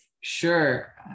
Sure